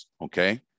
Okay